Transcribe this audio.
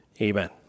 amen